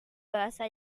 bahasa